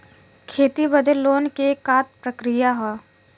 खेती बदे लोन के का प्रक्रिया ह?